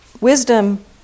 wisdom